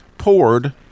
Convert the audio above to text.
poured